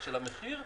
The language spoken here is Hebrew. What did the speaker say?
של המחיר,